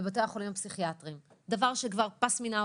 בוקר טוב לכולם.